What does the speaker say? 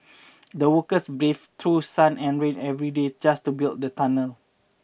the workers braved through sun and rain every day just to build the tunnel